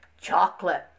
Chocolate